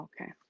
Okay